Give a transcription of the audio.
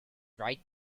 right